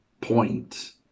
point